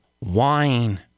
wine